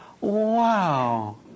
wow